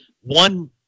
one